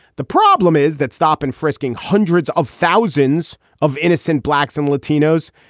the problem is that stop and frisking hundreds of thousands of innocent blacks and latinos.